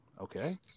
Okay